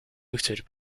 looted